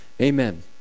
Amen